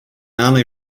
only